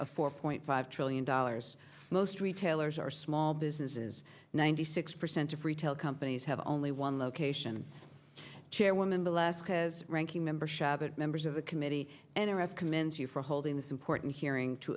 of four point five trillion dollars most retailers are small businesses ninety six percent of retail companies have only one location chairwoman of alaska's ranking member shabbat members of the committee and the rest commend you for holding this important hearing to